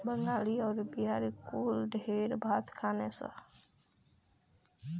बंगाली अउरी बिहारी कुल ढेर भात खाने सन